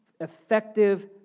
effective